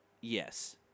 Yes